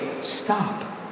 stop